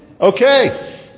Okay